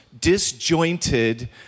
disjointed